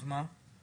אז מה עושים?